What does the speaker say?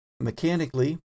Mechanically